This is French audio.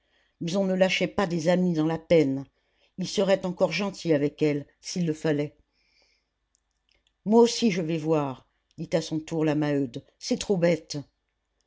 mais on ne lâchait pas des amis dans la peine il serait encore gentil avec elle s'il le fallait moi aussi je vais voir dit à son tour la maheude c'est trop bête